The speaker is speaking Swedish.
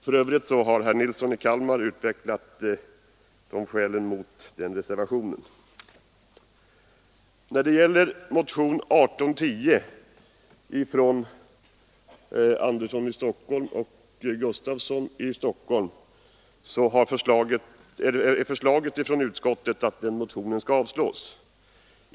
För övrigt har herr Nilsson i Kalmar utvecklat skälen mot den reservationen. Beträffande motionen 1810 av herr Gustafsson i Stockholm och herr Sivert Andersson i Stockholm hemställer utskottet att den skall avslås.